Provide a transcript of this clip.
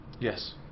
Yes